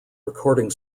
recording